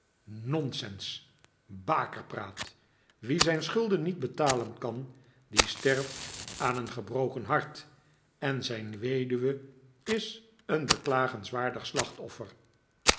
nonsens bakerpraat wie zijn schulden niet betalen kan die sterft aan een gebroken hart en zijn weduwe is een beklagenswaardig slachtoffer